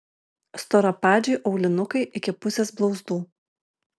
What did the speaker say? storapadžiai aulinukai iki pusės blauzdų